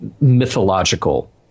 mythological